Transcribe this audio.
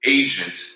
agent